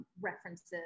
references